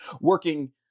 working